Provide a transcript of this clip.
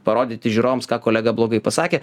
parodyti žiūrovams ką kolega blogai pasakė